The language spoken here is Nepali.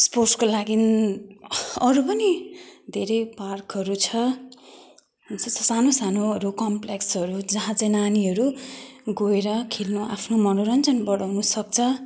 स्पोर्टसको लागि अरू पनि धेरै पार्कहरू छ स स सानो सानोहरू कम्प्लेक्सहरू जहाँ चाहिँ नानीहरू गएर खेल्न आफ्नो मनोरञ्जन बढाउनुसक्छ